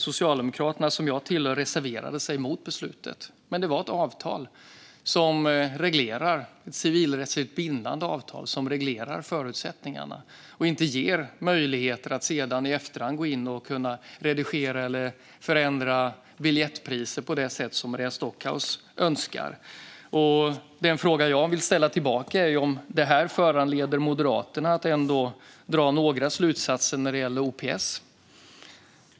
Socialdemokraterna, som jag tillhör, reserverade sig mot beslutet, men det är ett civilrättsligt bindande avtal som reglerar förutsättningarna och som inte ger möjligheter att i efterhand gå in och redigera eller förändra biljettpriser på det sätt som Maria Stockhaus önskar. Den fråga jag vill ställa tillbaka är om detta föranleder Moderaterna att dra några slutsatser när det gäller OPS.